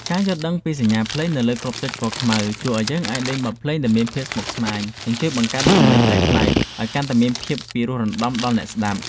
ការយល់ដឹងពីសញ្ញាភ្លេងនៅលើគ្រាប់ចុចពណ៌ខ្មៅជួយឱ្យយើងអាចលេងបទភ្លេងដែលមានភាពស្មុគស្មាញ និង ជួយបង្កើតសម្លេងប្លែកៗឱ្យកាន់តែមានភាពពិរោះរណ្ដំដល់អ្នកស្ដាប់។